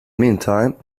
meantime